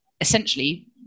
essentially